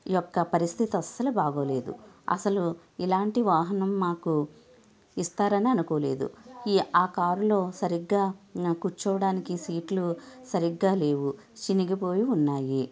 ఈ యొక్క పరిస్థితి అసలు బాగోలేదు అసలు ఇలాంటి వాహనం మాకు ఇస్తారని అనుకోలేదు ఈ ఆ కారులో సరిగ్గా కూర్చోవడానికి సీట్లు సరిగ్గా లేవు చినిగిపోయి ఉన్నాయి